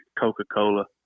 Coca-Cola